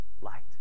Light